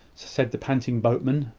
said the panting boatmen,